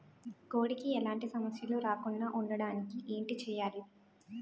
కోడి కి ఎలాంటి సమస్యలు రాకుండ ఉండడానికి ఏంటి చెయాలి?